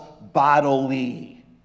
bodily